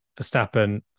Verstappen